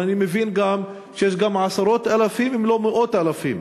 אבל אני מבין גם שיש עשרות אלפים אם לא מאות אלפים.